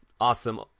awesome